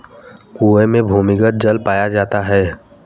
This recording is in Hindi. कुएं में भूमिगत जल पाया जाता है